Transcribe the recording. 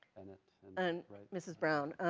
and, right. mrs. brown,